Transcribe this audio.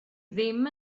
ddim